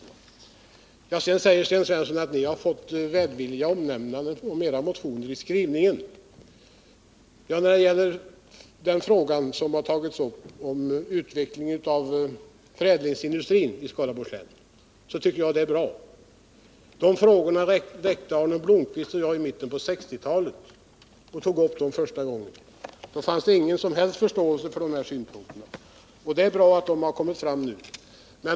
Sten Svensson säger att vi i utskottets skrivning har fått välvilliga omnämnanden av våra motioner. Ja, när det gäller den fråga om utvecklingen av förädlingsindustrin i Skaraborgs län som har tagits upp här tycker jag att det är bra. Det tog Arne Blomkvist och jag upp första gången i mitten av 1960-talet, men då fanns det ingen som helst förståelse för sådana synpunkter. Därför är det bra att dessa nu har kommit fram.